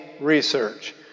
research